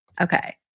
Okay